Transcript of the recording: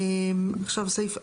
עכשיו סעיף 4,